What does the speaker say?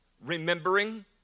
Remembering